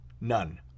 none